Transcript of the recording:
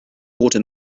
water